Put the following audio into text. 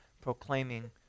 proclaiming